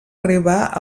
arribar